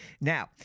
Now